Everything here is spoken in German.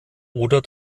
oder